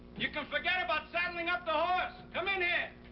you can forget about saddling up the horse! come in here!